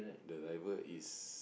the driver is